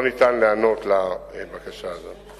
אין אפשרות להיענות לבקשה הזאת.